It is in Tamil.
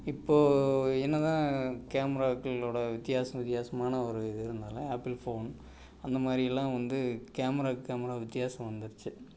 இப்போது என்னதான் கேமராக்களோடய வித்தியாசம் வித்தியாசமான ஒரு இது இருந்தாலும் ஆப்பிள் ஃபோன் அந்த மாதிரியெல்லாம் வந்து கேமராவுக்கு கேமரா வித்தியாசம் வந்துருச்சு